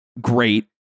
great